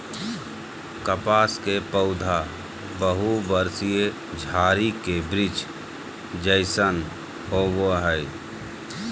कपास के पौधा बहुवर्षीय झारी के वृक्ष जैसन होबो हइ